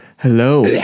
Hello